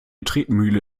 tretmühle